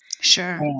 Sure